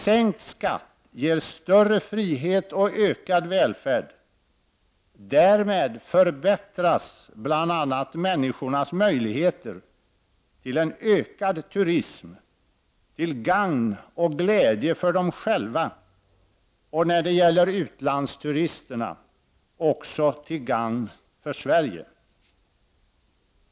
Sänkt skatt ger större frihet och ökad välfärd. Därmed förbättras bl.a. människornas möjligheter till en ökad turism, till gagn och glädje för dem själva och när det gäller utlandsturisterna också till gagn för Sverige.